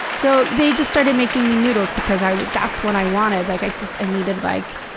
so, they just started making me noodles because i was that's what i wanted. like, i just i needed, like,